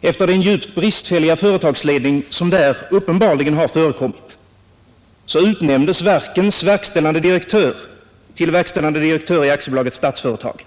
med den djupt bristfälliga företagsledning som där uppenbarligen har förekommit, utnämndes verkens direktör till verkställande direktör i Statsföretag AB.